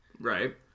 Right